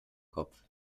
kopf